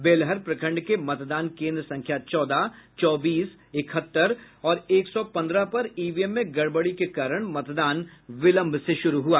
बेलहर प्रखंड के मतदान केन्द्र संख्या चौदह चौबीस इकहत्तर और एक सौ पंद्रह पर ईवीएम में गड़बड़ी के कारण मतदान विलंब से शुरू हुआ